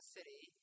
City